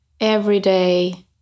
everyday